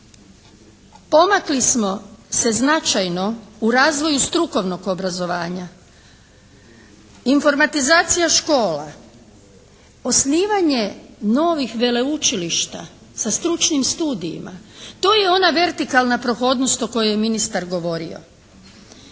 Pomakli smo se značajno u razvoju strukovnog obrazovanja. Informatizacija škola, osnivanje novih veleučilišta sa stručnim studijima to je ona vertikalna prohodnost o kojoj je ministar govorio.